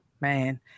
Man